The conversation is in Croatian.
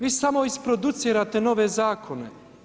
Vi samo isproducirate nove zakone.